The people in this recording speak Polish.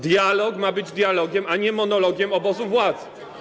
Dialog ma być dialogiem, a nie monologiem obozu władzy.